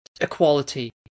equality